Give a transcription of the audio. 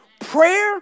Prayer